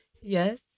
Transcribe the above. yes